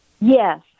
Yes